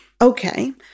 Okay